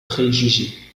préjugés